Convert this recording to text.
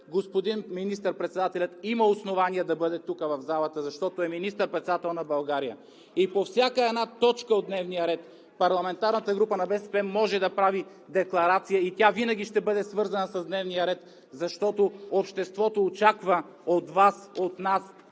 господин министър-председателят има основание да бъде тук, в залата, защото е министър-председател на България. И по всяка една точка от дневния ред парламентарната група на „БСП за България“ може да прави декларация, и тя винаги ще бъде свързана с дневния ред, защото обществото очаква от Вас, от нас,